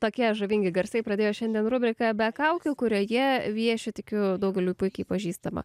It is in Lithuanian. tokie žavingi garsai pradėjo šiandien rubriką be kaukių kurioje vieši tikiu daugeliui puikiai pažįstama